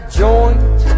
joint